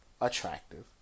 attractive